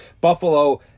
Buffalo